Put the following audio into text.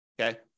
Okay